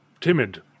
timid